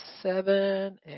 seven